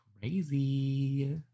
crazy